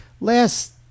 Last